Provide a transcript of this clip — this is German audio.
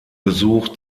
gesucht